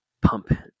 pump